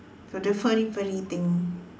so the furry furry thing